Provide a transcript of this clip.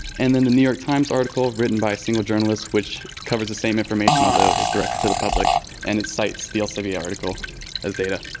and then the new york times article written by a single journalist which covers the same information although it's directed to the public and it cites the elsevier article as data.